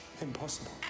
Impossible